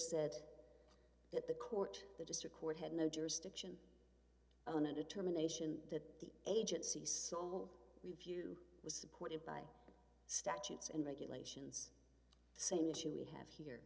said that the court the district court had no jurisdiction on a determination that the agency so review was supported by statutes and regulations the same issue we have here